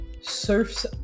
Surf's